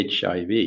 HIV